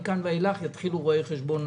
מכאן ואילך יתחילו לככב רואי חשבון,